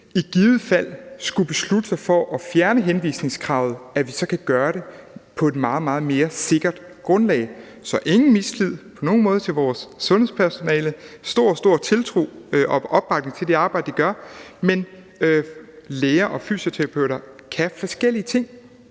i givet fald skulle beslutte sig for at fjerne henvisningskravet, kan vi gøre det på et meget, meget mere sikkert grundlag. Der er ingen mistillid på nogen måde til vores sundhedspersonale. Der er stor, stor tiltro og opbakning til det arbejde, de gør, men læger og fysioterapeuter kan forskellige ting,